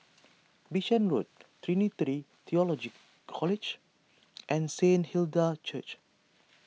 Bishan Road Trinity theological College and Saint Hilda's Church